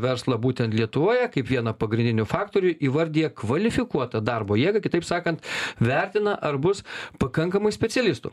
verslą būtent lietuvoje kaip vieną pagrindinių faktorių įvardijo kvalifikuota darbo jėga kitaip sakant vertina ar bus pakankamai specialistų